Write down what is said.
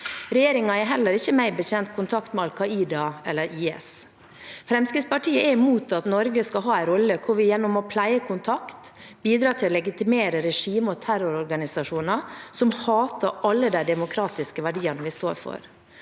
Regjeringen har heller ikke, meg bekjent, kontakt med Al Qaida eller IS. Fremskrittspartiet er imot at Norge skal ha en rolle hvor vi gjennom å pleie kontakt bidrar til å legitimere regimer og terrororganisasjoner som hater alle de demokratiske verdiene vi står for.